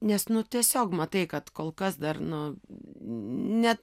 nes nu tiesiog matai kad kol kas dar nu net